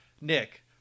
Nick